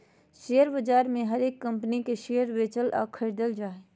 share बाजार मे हरेक कम्पनी के शेयर बेचल या खरीदल जा हय